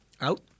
out